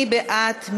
מי בעד?